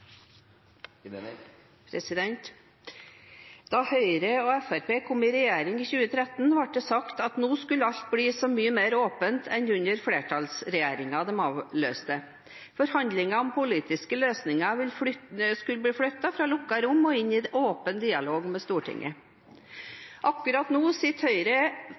kom i regjering i 2013, ble det sagt at nå skulle alt bli så mye mer åpent enn under flertallsregjeringen de avløste. Forhandlinger om politiske løsninger skulle bli flyttet fra lukkede rom og inn i en åpen dialog med Stortinget. Akkurat nå sitter Høyre,